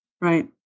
Right